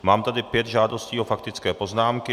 Mám tady pět žádostí o faktické poznámky.